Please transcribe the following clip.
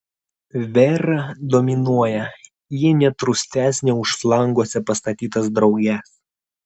vera dominuoja ji net rūstesnė už flanguose pastatytas drauges